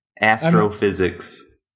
Astrophysics